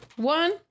One